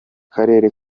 karere